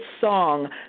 song